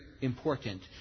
important